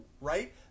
right